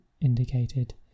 indicated